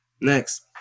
Next